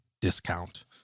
discount